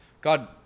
God